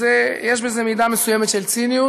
אז יש בזה מידה מסוימת של ציניות,